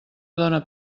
dóna